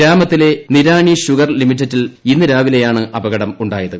ഗ്രാമത്തിലെ നിരാണി ഷുഗർ ലിമിറ്റഡിൽ ഇന്ന് രാവിലെയാണ് അപകടമുണ്ടായത്